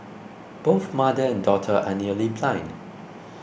both mother and daughter are nearly blind